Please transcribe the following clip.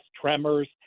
tremors